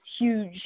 huge